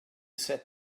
said